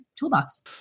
toolbox